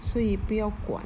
所以不要管